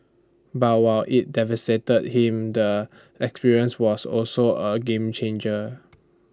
but while IT devastated him the experience was also A game changer